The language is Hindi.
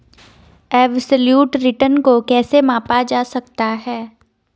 एबसोल्यूट रिटर्न को कैसे मापा जा सकता है?